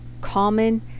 common